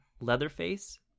Leatherface